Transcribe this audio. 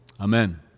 Amen